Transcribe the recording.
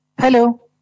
Hello